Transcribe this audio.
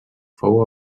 fou